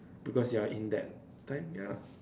because you are in that time ya